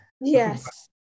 Yes